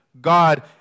God